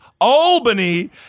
Albany